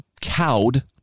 cowed